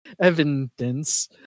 evidence